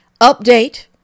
Update